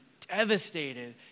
devastated